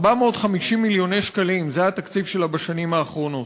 450 מיליוני שקלים זה התקציב שלה בשנים האחרונות.